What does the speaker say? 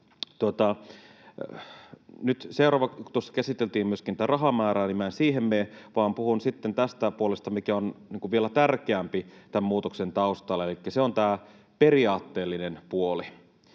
tuossa käsiteltiin myöskin tätä rahamäärää, niin en siihen mene vaan puhun tästä puolesta, mikä on vielä tärkeämpi tämän muutoksen taustalla, elikkä se on tämä periaatteellinen puoli.